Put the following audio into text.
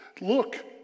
look